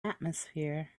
atmosphere